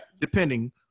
depending